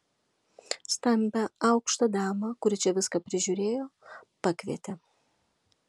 stambią aukštą damą kuri čia viską prižiūrėjo pakvietė